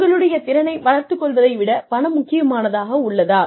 உங்களுடைய திறனை வளர்த்துக் கொள்வதை விடப் பணம் முக்கியமானதாக உள்ளதா